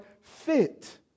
fit